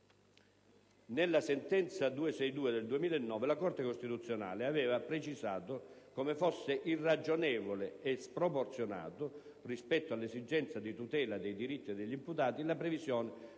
Nella sentenza n. 262 del 2009 la Corte costituzionale aveva precisato come fosse «irragionevole e sproporzionato», rispetto all'esigenza di tutela dei diritti degli imputati, la previsione